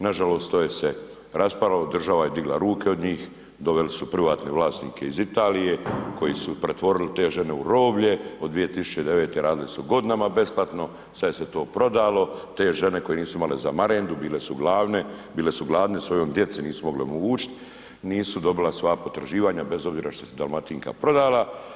Nažalost to je se raspalo, država je digla ruke od njih, doveli su privatne vlasnike iz Italije koji su pretvorili te žene u roblje od 2009. radile su godinama besplatno, sad je se to prodalo, te žene koje nisu imale za marendu, bile su gladne, bile su gladne svojoj djeci nisu mogle omogućiti, nisu dobile svoja potraživanja bez obzira što se Dalmatinka prodala.